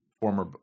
former